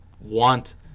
want